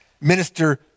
minister